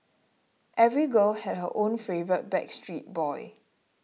every girl had her own favourite Backstreet Boy